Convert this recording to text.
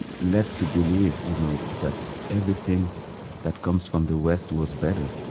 led to believe you know that everything that comes from the west was better.